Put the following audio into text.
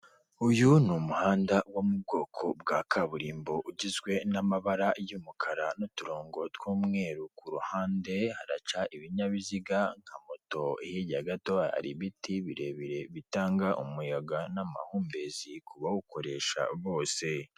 Uyu ni umuhanda wo mu bwoko bwa kaburimbo, ugizwe n'amabara y'umukara n'uturongo tw'umweru, ku ruhande haraca ibinyabiziga nka moto, hirya gato hari ibiti birebire bitanga umuyaga n'amahumbezi ku bawukoresha bose.